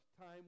time